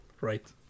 Right